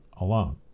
alone